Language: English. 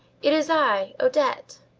it is i, odette!